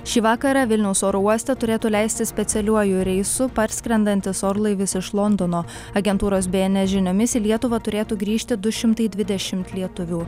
šį vakarą vilniaus oro uoste turėtų leistis specialiuoju reisu parskrendantis orlaivis iš londono agentūros bns žiniomis į lietuvą turėtų grįžti du šimtai dvidešimt lietuvių